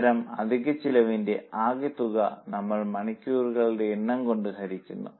അത്തരം അധിക ചിലവിന്റെ ആകെത്തുക ഞങ്ങൾ മണിക്കൂറുകളുടെ എണ്ണം കൊണ്ട് ഹരിക്കുന്നു